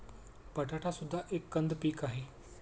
बटाटा सुद्धा एक कंद पीक आहे